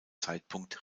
zeitpunkt